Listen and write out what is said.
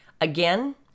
Again